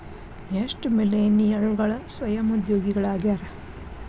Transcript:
ಎಷ್ಟ ಮಿಲೇನಿಯಲ್ಗಳ ಸ್ವಯಂ ಉದ್ಯೋಗಿಗಳಾಗ್ಯಾರ